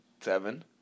Seven